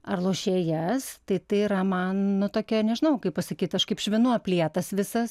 ar lošėjas tai tai yra man nu tokia nežinau kaip pasakyt aš kaip švinu aplietas visas